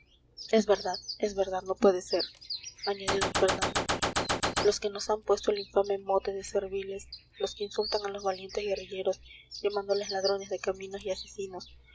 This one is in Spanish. es verdad es verdad no puede ser añadió d fernando los que nos han puesto el infame mote de serviles los que insultan a los valientes guerrilleros llamándoles ladrones de caminos y asesinos